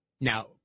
Now